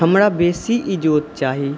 हमरा बेसी इजोत चाही